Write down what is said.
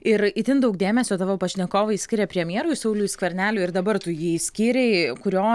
ir itin daug dėmesio tavo pašnekovai skiria premjerui sauliui skverneliui ir dabar tu jį išskyrei kurio